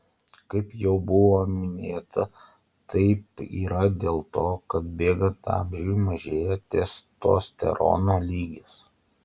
kaip jau buvo minėta taip yra dėl to kad bėgant amžiui mažėja testosterono lygis